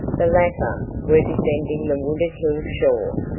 the latter were descending the wooded hill-shore,